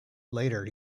later